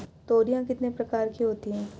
तोरियां कितने प्रकार की होती हैं?